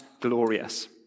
glorious